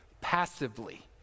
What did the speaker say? passively